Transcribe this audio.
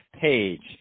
page